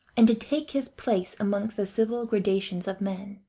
and to take his place amongst the civil gradations of men.